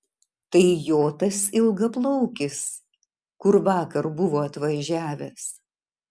tai jo tas ilgaplaukis kur vakar buvo atvažiavęs